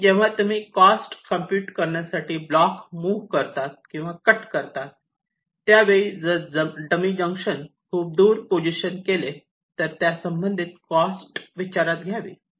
म्हणून जेव्हा तुम्ही कॉस्ट कॉम्प्युट करण्यासाठी ब्लॉक मुव्ह करतात किंवा कट करतात त्यावेळी जर डमी जंक्शन खूप दूर पोझिशन केले तर त्यासंबंधित कॉस्ट विचारात घ्यावी